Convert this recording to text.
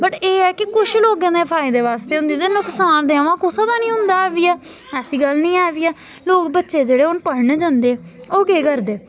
but एह् ऐ कि कुछ लोकें दे फायदे बास्तै होंदी ते नुकसान ते कुसै दा निं होंदा ऐ बी ऐ ऐसी गल्ल निं ऐ बी ऐ लोक बच्चे जेह्ड़े हून पढ़न जंदे ओह् केह् करदे